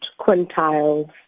quintiles